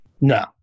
No